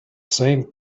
same